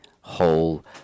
whole